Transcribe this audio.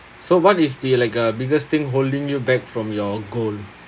so what is the like uh biggest thing holding you back from your goal